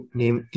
name